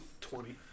twenty